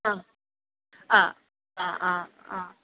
ആ ആ ആ ആ ആ